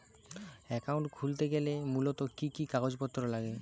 Account খুলতে গেলে মূলত কি কি কাগজপত্র লাগে?